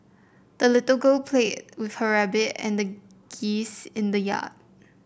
the little girl played with her rabbit and geese in the yard